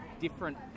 different